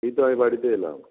এই তো আমি বাড়িতে এলাম